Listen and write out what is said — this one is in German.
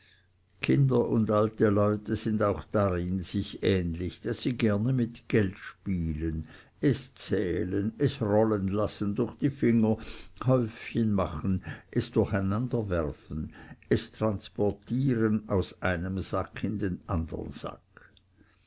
kinder und alte leute sind auch darin sich ähnlich daß sie gerne mit geld spielen es zählen es rollen lassen durch die finger häufchen machen es durcheinanderwerfen es transportieren aus einem sack in den andern sack